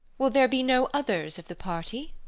will there be no others of the party?